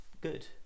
good